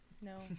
No